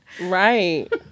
Right